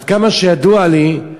עד כמה שידוע לי,